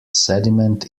sediment